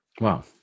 Wow